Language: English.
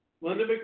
Linda